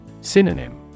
Synonym